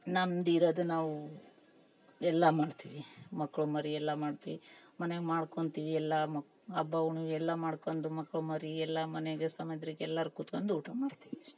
ನಮ್ದಿರೋದು ನಾವು ಎಲ್ಲ ಮಾಡ್ತೀವಿ ಮಕ್ಕಳು ಮರಿ ಎಲ್ಲ ಮಾಡ್ತೀವಿ ಮನೆಯಾಗ್ ಮಾಡ್ಕೊತೀವಿ ಎಲ್ಲ ಮಕ್ ಹಬ್ಬ ಹುಣ್ವಿಯೆಲ್ಲ ಮಾಡ್ಕೊಂಡು ಮಕ್ಳು ಮರಿಯೆಲ್ಲ ಮನೆಗೆ ಸಮ ಎದ್ರಿಗೆ ಎಲ್ಲರು ಕುತ್ಕಂಡು ಊಟ ಮಾಡ್ತೀವಿ ಇಷ್ಟೇ